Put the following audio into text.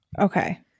Okay